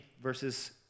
verses